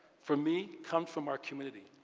for me, comes from our community.